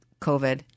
COVID